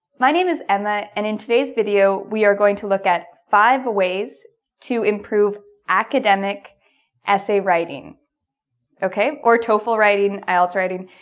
my name is emma and in today's video we are going to look at, five ways to improve academic essay writing okay? or toefl writing, ielts writing.